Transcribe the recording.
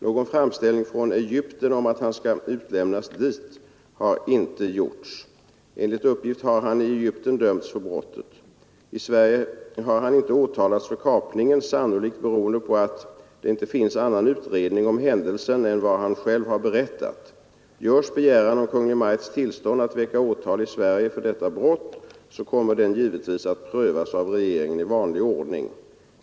Någon framställning från Egypten om att han skall utlämnas dit har inte gjorts. Enligt uppgift har han i Egypten dömts för brottet. I Sverige har han inte åtalats för kapningen, sannolikt beroende på att det inte finns annan utredning om händelsen än vad han själv har berättat. Görs begäran om Kungl. Maj:ts tillstånd att väcka åtal i Sverige för detta brott, kommer den givetvis att pröv vanlig ordning.